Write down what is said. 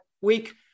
week